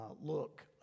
look